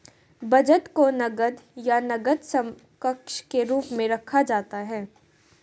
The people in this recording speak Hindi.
बचत को नकद या नकद समकक्ष के रूप में रखा जाता है